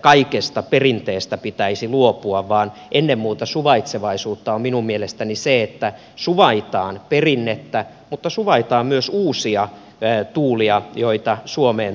kaikesta perinteestä pitäisi luopua vaan ennen muuta suvaitsevaisuutta on minun mielestäni se että suvaitaan perinnettä mutta suvaitaan myös uusia tuulia joita suomeen tulee